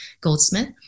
Goldsmith